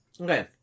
Okay